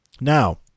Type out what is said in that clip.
now